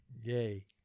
Yay